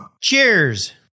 Cheers